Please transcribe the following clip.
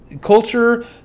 culture